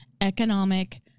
economic